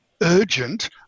urgent